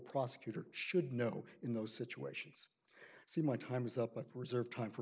prosecutor should know in those situations see my time is up with reserve time for